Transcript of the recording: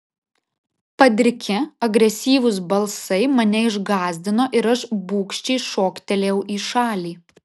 padriki agresyvūs balsai mane išgąsdino ir aš bugščiai šoktelėjau į šalį